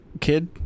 Kid